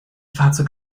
fahrzeug